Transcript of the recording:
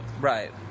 Right